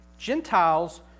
Gentiles